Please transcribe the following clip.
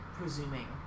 Presuming